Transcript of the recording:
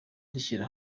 rishyira